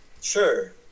Sure